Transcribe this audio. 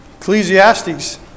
Ecclesiastes